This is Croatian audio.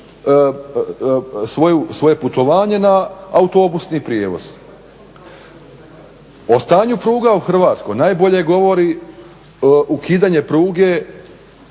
svoje putovanje na autobusni prijevoz. O stanju pruga u Hrvatskoj najbolje govori ukidanje pruge